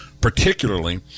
particularly